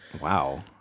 Wow